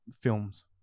films